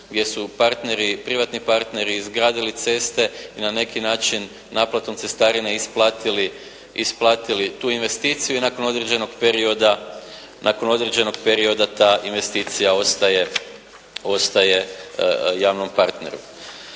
partneri, privatni partneri izgradili ceste i na neki način naplatom cestarina isplatili tu investiciju i nakon određenog perioda ta investicija ostaje javnom partneru.